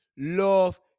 Love